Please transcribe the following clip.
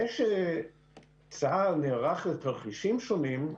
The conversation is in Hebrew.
זה שצה"ל נערך לתרחישים שונים,